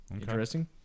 Interesting